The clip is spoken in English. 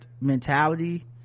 mentality